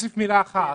אוסיף מילה אחת.